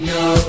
no